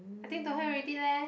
I think don't have already leh